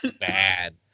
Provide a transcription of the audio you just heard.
Bad